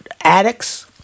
addicts